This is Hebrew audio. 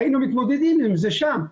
היינו מתמודדים עם זה שם.